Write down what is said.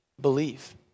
believe